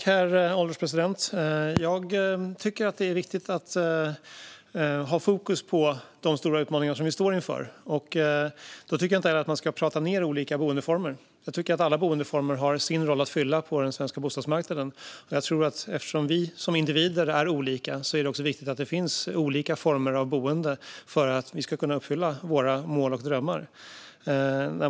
Herr ålderspresident! Jag tycker att det är viktigt att ha fokus på de stora utmaningar som vi står inför. Därför tycker jag inte heller att man ska prata ned olika boendeformer. Jag tycker att alla boendeformer har sin roll att fylla på den svenska bostadsmarknaden, och eftersom vi som individer är olika är det viktigt att det finns olika former av boende för att vi ska kunna uppfylla våra mål och drömmar.